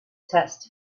test